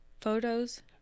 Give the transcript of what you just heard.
photos